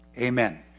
Amen